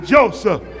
Joseph